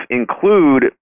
include